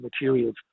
materials